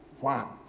Wow